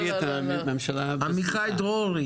עמיחי דרורי